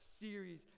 series